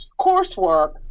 coursework